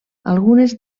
algunes